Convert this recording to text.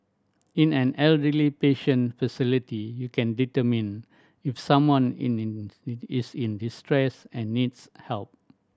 in an elderly patient facility you can determine if someone in it is in distress and needs help